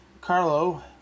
Carlo